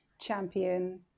champion